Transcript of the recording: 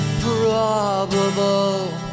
probable